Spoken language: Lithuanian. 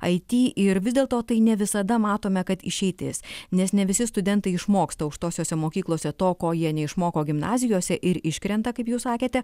it ir vis dėlto tai ne visada matome kad išeitis nes ne visi studentai išmoksta aukštosiose mokyklose to ko jie neišmoko gimnazijose ir iškrenta kaip jūs sakėte